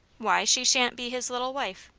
why she shan't be his little wife.